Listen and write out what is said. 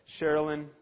Sherilyn